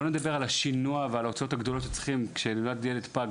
אני לא מדבר על השינוע ועל ההוצאות הגדולות כשנולד פג,